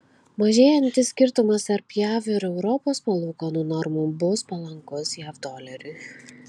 mažėjantis skirtumas tarp jav ir europos palūkanų normų bus palankus jav doleriui